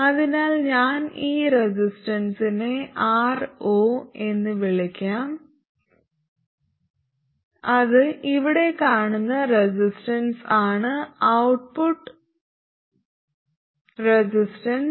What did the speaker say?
അതിനാൽ ഞാൻ ഈ റെസിസ്റ്റൻസിനെ Ro എന്ന് വിളിക്കാം അത് ഇവിടെ കാണുന്ന റെസിസ്റ്റൻസ് ആണ് ഔട്ട്പുട്ട് റെസിസ്റ്റൻസ്